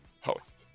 host